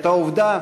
את העובדה